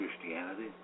Christianity